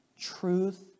truth